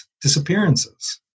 disappearances